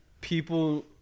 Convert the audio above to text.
people